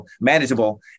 manageable